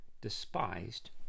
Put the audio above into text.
despised